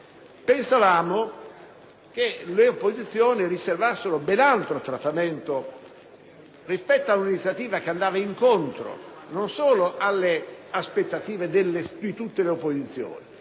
Pensavamo che le opposizioni riservassero ben altro trattamento ad un'iniziativa che andava incontro non solo alle aspettative di tutte le opposizioni,